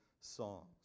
songs